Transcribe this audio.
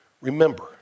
remember